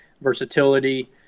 versatility